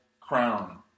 crown